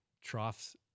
troughs